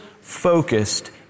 Focused